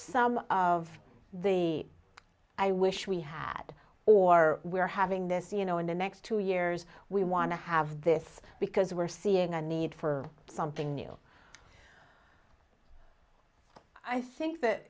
some of the i wish we had or we're having this you know in the next two years we want to have this because we're seeing a need for something new i think that